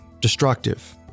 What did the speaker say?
destructive